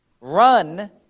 Run